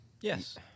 yes